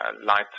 light